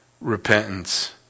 repentance